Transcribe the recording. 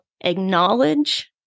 acknowledge